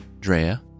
Drea